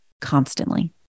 constantly